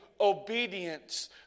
obedience